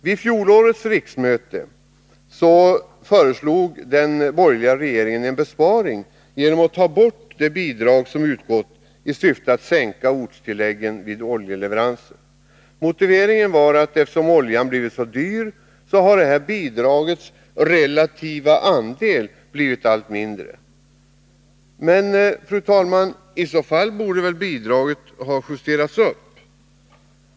Vid förra riksmötet föreslog den borgerliga regeringen en besparing genom ett borttagande av det bidrag som har utgått i syfte att sänka ortstilläggen vid oljeleveranser. Motiveringen var att detta bidrags relativa andel har blivit allt mindre eftersom oljan har blivit så dyr. I så fall borde väl, herr talman, bidraget ha justerats upp.